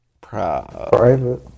Private